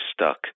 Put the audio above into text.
stuck